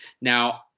Now